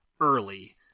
early